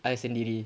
I sendiri